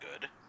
good